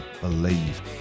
Believe